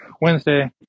wednesday